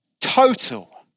total